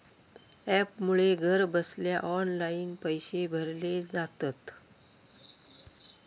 ॲपमुळे घरबसल्या ऑनलाईन पैशे भरले जातत